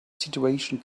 situation